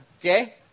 Okay